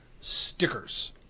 stickers